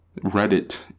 reddit